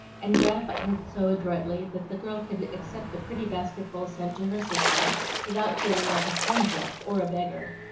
and gratified it so adroitly that the girl could accept the pretty basketful sent to her sister without feeling like a spendthrift or a beggar.